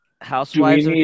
Housewives